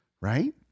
right